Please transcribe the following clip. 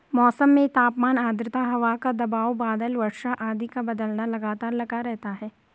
मौसम में तापमान आद्रता हवा का दबाव बादल वर्षा आदि का बदलना लगातार लगा रहता है